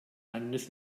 landes